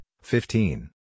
fifteen